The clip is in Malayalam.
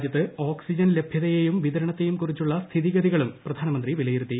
രാജൃത്ത് ഓക്സിജൻ ലഭൃതയെയും വിതരണത്തെയും കുറിച്ചുള്ള സ്ഥിതിഗതികളും പ്രധാനമന്ത്രി വിലയിരുത്തി